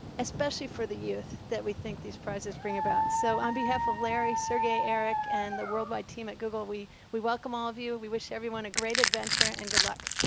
especially for the youth that we think these prices bring about. so on behalf of larry, sergey, eric, and the worldwide team at google, we we welcome all of you, we wish everyone a great adventure, and good luck.